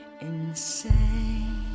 insane